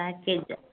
பேக்கேஜ்ஜாக